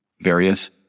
various